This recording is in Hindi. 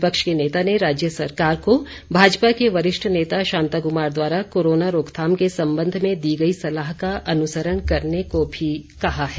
विपक्ष के नेता ने राज्य सरकार को भाजपा के वरिष्ठ नेता शांताकुमार द्वारा कोरोना रोकथाम के संबंध में दी गई सलाह का अनुसरण करने को भी कहा है